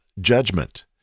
judgment